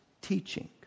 teaching